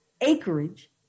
acreage